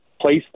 place